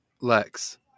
Lex